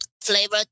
flavor